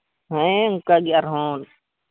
ᱦᱮᱸ ᱚᱱᱠᱟ ᱜᱮ ᱟᱨ ᱦᱚᱸ